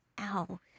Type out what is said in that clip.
Ow